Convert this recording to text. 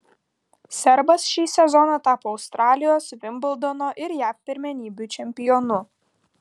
serbas šį sezoną tapo australijos vimbldono ir jav pirmenybių čempionu